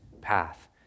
path